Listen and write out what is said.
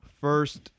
First